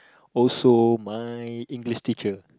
also my English teacher